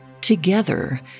Together